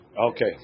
Okay